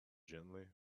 gently